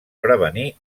prevenir